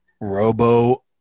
Robo